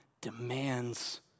demands